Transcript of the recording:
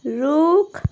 रुख